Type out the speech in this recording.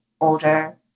older